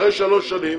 אחרי שלוש שנים,